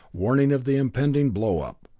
warning of the impending blow-up.